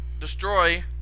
destroy